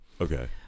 Okay